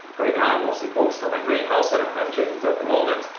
right now i'm mostly focused on my greenhouse. i don't have chickens at the moment.